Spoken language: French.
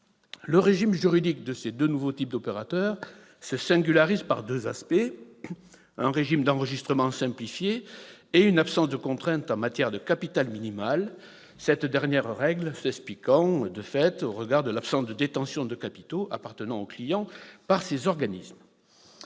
Le régime juridique de ces deux nouveaux types d'opérateurs se singularise par deux aspects : un régime d'enregistrement simplifié et une absence de contraintes en matière de capital minimal, cette dernière règle s'expliquant au regard de l'absence de détention de capitaux appartenant aux clients par ces organismes.